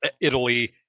Italy